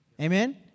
Amen